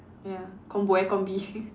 ya combo eh combi